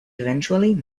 eventually